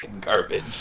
garbage